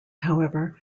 however